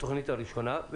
התוכנית הראשונה.